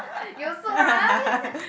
you also right